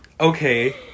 okay